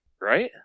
Right